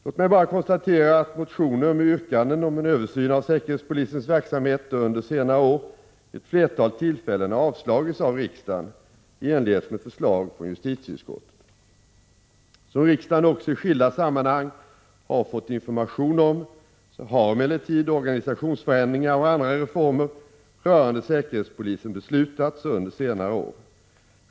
Låt mig bara konstatera att motioner med yrkanden om en översyn av säkerhetspolisens verksamhet under senare år vid ett flertal tillfällen har avslagits av riksdagen i enlighet med förslag från justitieutskottet. Som riksdagen också i skilda sammanhang har fått information om så har emellertid organisationsförändringar och andra reformer rörande säkerhetspolisen beslutats under senare år.